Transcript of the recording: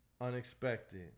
Unexpected